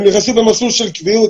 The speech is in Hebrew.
הם נכנסים במסלול של קביעות.